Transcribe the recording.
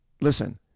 listen